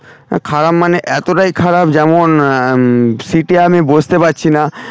খারাপ মানে এতটাই খারাপ যেমন সিটে আমি বসতে পারছি না